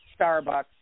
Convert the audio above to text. starbucks